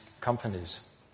companies